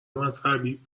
مذهبی